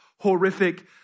horrific